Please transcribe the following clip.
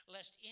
Lest